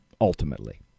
ultimately